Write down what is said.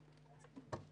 בסדר.